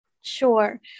Sure